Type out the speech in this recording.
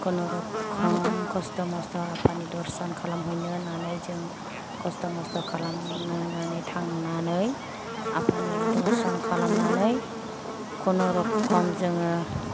खुनुरुखुम खस्थ' मस्थ' आफानि दर्शन खालामहैनो होन्नानै जों खस्थ' मस्थ' खालामनो होन्नानै थांनानै आफानि दर्शन खालामनानै खुनुरुखुम जोङो